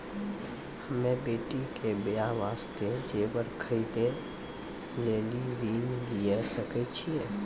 हम्मे बेटी के बियाह वास्ते जेबर खरीदे लेली ऋण लिये सकय छियै?